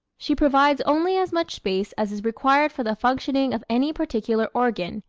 she provides only as much space as is required for the functioning of any particular organ,